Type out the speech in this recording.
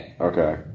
Okay